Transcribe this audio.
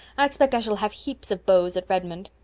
i expect i shall have heaps of beaux at redmond.